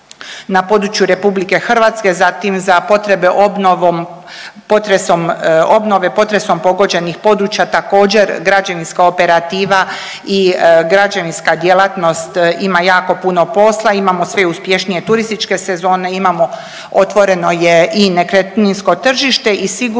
na području Republike Hrvatske, zatim za potrebe obnovom potresom pogođenih područja također građevinska operativa i građevinska djelatnost ima jako puno posla. Imamo sve uspješnije turističke sezone, imamo otvoreno je i nekretninsko tržište i sigurno